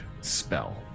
spell